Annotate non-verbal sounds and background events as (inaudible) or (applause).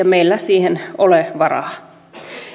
(unintelligible) meillä siihen ole varaa